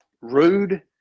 rude